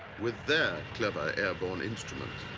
with their clever airborne instruments.